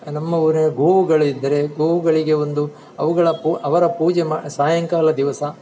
ನಮ್ಮ ಊರಿನ ಗೋವುಗಳಿದ್ದರೆ ಗೋವುಗಳಿಗೆ ಒಂದು ಅವುಗಳ ಪೂ ಅವರ ಪೂಜೆ ಮಾ ಸಾಯಂಕಾಲ ದಿವಸ